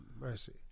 mercy